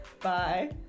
Bye